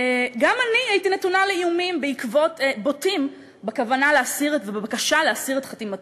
גם אני הייתי נתונה לאיומים בוטים בבקשה להסיר את חתימתי,